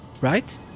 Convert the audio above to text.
Right